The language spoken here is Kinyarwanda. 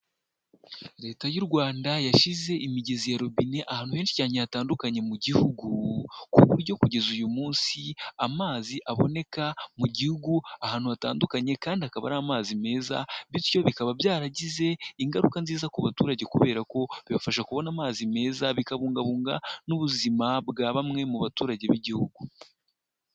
Leta y'u Rwanda yashyize imigezi ya robine ahantu henshi cyane hatandukanye mu gihugu, ku buryo kugeza uyu munsi, amazi aboneka mu gihugu ahantu hatandukanye kandi akaba ari amazi meza, bityo bikaba byaragize ingaruka nziza ku baturage kubera ko bibafasha kubona amazi meza, bikabungabunga n'ubuzima bwa bamwe mu baturage b'igihugu.